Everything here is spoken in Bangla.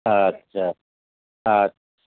আচ্ছা আচ্ছা আচ্ছা